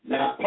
Now